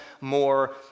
more